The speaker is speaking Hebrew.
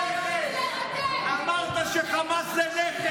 אמרת שחמאס זה נכס.